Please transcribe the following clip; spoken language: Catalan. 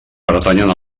pertanyen